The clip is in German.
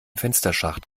fensterschacht